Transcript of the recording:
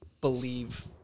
believe